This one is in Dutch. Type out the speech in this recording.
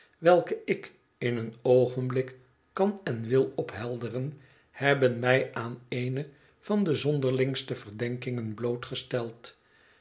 welke ik in een oogenblik kan en wil ophelderen hebben mij aan eene van de zonderlingste verdenkingen blootgesteld